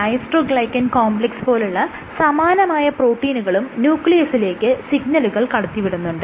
dystroglycan complex പോലുള്ള സമാനമായ പ്രോട്ടീനുകളും ന്യൂക്ലിയസിലേക്ക് സിഗ്നലുകൾ കടത്തിവിടുന്നുണ്ട്